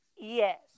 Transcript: Yes